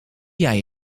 jij